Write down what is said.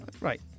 Right